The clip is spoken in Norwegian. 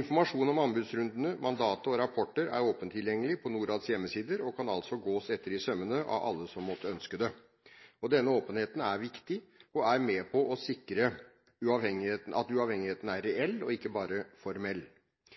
Informasjon om anbudsrundene, mandatet og rapporter er åpent tilgjengelig på NORADs hjemmesider og kan altså gås etter i sømmene av alle som måtte ønske det. Denne åpenheten er viktig og er med på å sikre at uavhengigheten er reell og ikke bare formell.